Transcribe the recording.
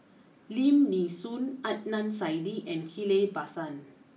Lim Nee Soon Adnan Saidi and Ghillie Basan